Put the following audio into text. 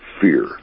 fear